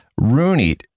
Rooney